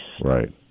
Right